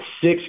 six